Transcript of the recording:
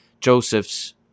Joseph's